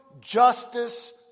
justice